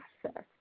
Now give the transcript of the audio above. process